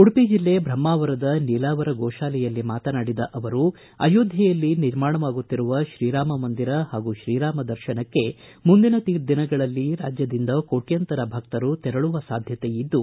ಉಡುಪಿ ಜಿಲ್ಲೆ ಬ್ರಹ್ಮಾವರದ ನೀಲಾವರ ಗೋತಾಲೆಯಲ್ಲಿ ಮಾತನಾಡಿದ ಅವರು ಅಯೋಧ್ಯೆಯಲ್ಲಿ ನಿರ್ಮಾಣವಾಗುತ್ತಿರುವ ತ್ರೀರಾಮಮಂದಿರ ಹಾಗೂ ಶ್ರೀರಾಮ ದರ್ಶನಕ್ಕೆ ಮುಂದಿನ ದಿನಗಳಲ್ಲಿ ರಾಜ್ಯದಿಂದ ಕೋಟ್ಕಂತರ ಭಕ್ತರು ತೆರಳುವ ಸಾಧ್ಯತೆಯಿದ್ದು